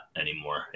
anymore